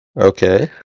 Okay